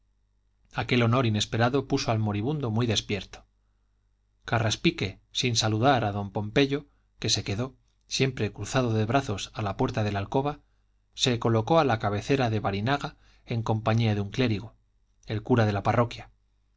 aquel honor inesperado puso al moribundo muy despierto carraspique sin saludar a don pompeyo que se quedó siempre cruzado de brazos a la puerta de la alcoba se colocó a la cabecera de barinaga en compañía de un clérigo el cura de la parroquia